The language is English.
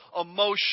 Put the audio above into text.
emotion